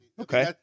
Okay